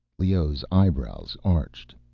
leoh's eyebrows arched.